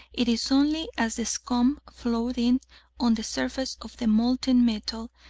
it is only as the scum floating on the surface of the molten metal,